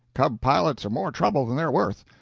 cub pilots are more trouble than they're worth.